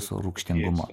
su rūgštingumu